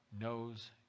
knows